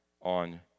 on